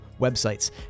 websites